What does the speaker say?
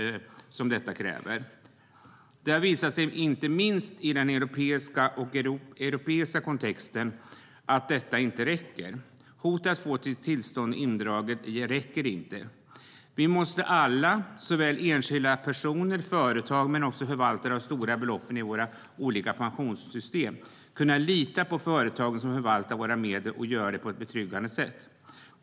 Det har visat sig inte minst i den europeiska kontexten att detta inte räcker. Hot om att få sitt tillstånd indraget räcker inte. Vi måste alla - enskilda personer, företag och förvaltare av stora belopp i våra olika pensionssystem - kunna lita på att företagen som förvaltar våra medel gör det på ett betryggande sätt.